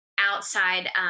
outside